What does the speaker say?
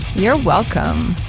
you're welcome